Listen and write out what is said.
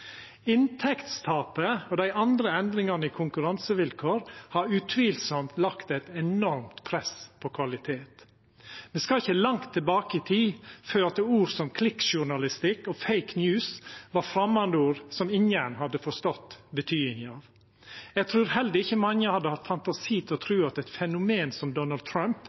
Inntektstapet og dei andre endringane i konkurransevilkår har utvilsamt lagt eit enormt press på kvalitet. Ein skal ikkje langt tilbake i tid før ord som klikkjournalistikk og «fake news» var framandord ingen hadde forstått betydinga av. Eg trur heller ikkje mange hadde hatt fantasi til å tru at eit fenomen som Donald Trump